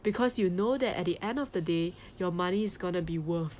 because you know that at the end of the day your money is going to be worth